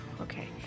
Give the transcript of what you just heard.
Okay